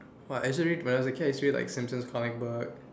!wah! actually when I was a kid I used to read Simpsons comic book